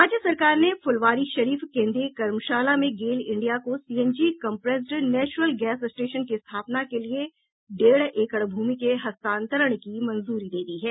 राज्य सरकार ने फुलवारीशरीफ केन्द्रीय कर्मशाला में गेल इंडिया को CNG compressed natural gas station की स्थापना के लिए डेढ़ एकड़ भूमि के हस्तांतरण की मंजूरी दी है